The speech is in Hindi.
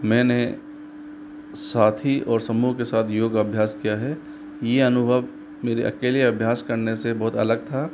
मैंने साथी और समूह के साथ योग अभ्यास किया है यह अनुभव मेरे अकेले अभ्यास करने से बहुत अलग था